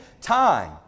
time